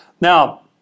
Now